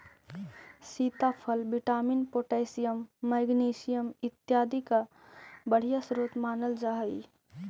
सीताफल vitamin, potassium, magnesium इत्यादि का बढ़िया स्रोत मानल जा हई